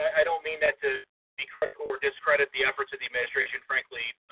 i don't mean that to be critical or discredit the efforts of the administration frankly.